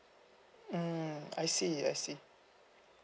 mm I see I see